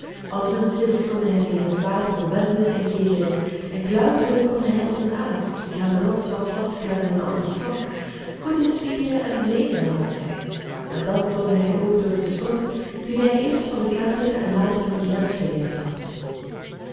als een visch kon hij zich in het water wenden en keeren en klauteren kon hij als een aap zich aan den rotswand vastklemmen als een slak goede spieren en zenuwen had hij en dat toonde hij ook door den sprong dien hij eerst van den kater en later van de gems geleerd had